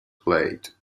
played